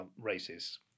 races